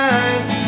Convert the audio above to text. eyes